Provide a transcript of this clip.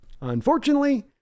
unfortunately